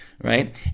Right